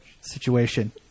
situation